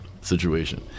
situation